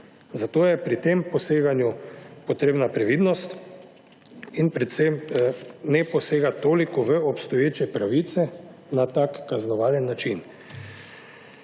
Zato je pri tem poseganju potrebna previdnost in predvsem ne posegati toliko v obstoječe pravice na tak kaznovalen način.